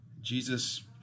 Jesus